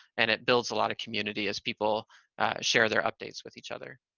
and it builds a lot of community as people share their updates with each other.